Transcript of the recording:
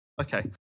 Okay